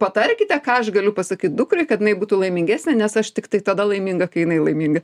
patarkite ką aš galiu pasakyt dukrai kad jinai būtų laimingesnė nes aš tiktai tada laiminga kai jinai laiminga